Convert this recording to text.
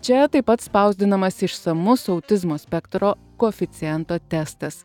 čia taip pat spausdinamas išsamus autizmo spektro koeficiento testas